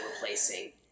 replacing